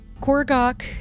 Korgok